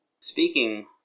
Speaking